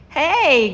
hey